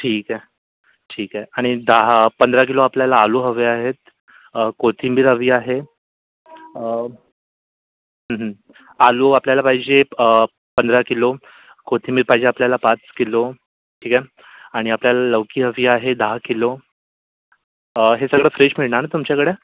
ठीक आहे ठीक आहे आणि दहा पंधरा किलो आपल्याला आलू हवे आहेत कोथिंबीर हवी आहे आलू आपल्याला पाहिजे पंधरा किलो कोथिंबीर पाहिजे आपल्याला पाच किलो ठीक आहे आणि आपल्याला लौकी हवी आहे दहा किलो हे सगळं फ्रेश मिळणार तुमच्याकडे